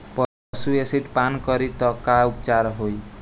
पशु एसिड पान करी त का उपचार होई?